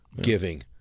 giving